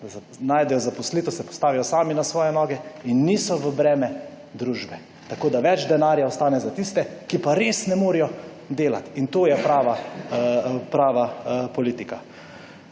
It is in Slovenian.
najdejo zaposlitev, se postavijo sami na svoje noge in niso v breme družbe. Tako, da več denarja ostane za tiste, ki pa res ne morejo delati. In to je prava politika.